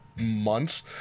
Months